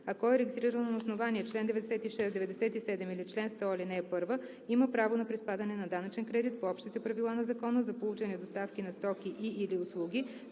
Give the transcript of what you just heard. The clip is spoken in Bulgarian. ако е регистрирано на основание чл. 96, 97 или чл. 100, ал. 1, има право на приспадане на данъчен кредит по общите правила на закона за получени доставки на стоки и/или услуги